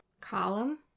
Column